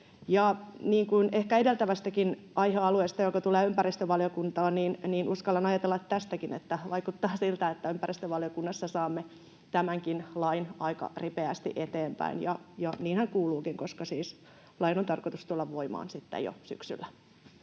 ehkä edeltävästäkin aihealueesta, joka tulee ympäristövaliokuntaan, uskallan ajatella tästäkin, että vaikuttaa siltä, että ympäristövaliokunnassa saamme tämänkin lain aika ripeästi eteenpäin. Niinhän kuuluukin, koska siis lain on tarkoitus tulla voimaan sitten jo syksyllä.